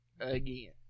again